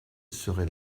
serait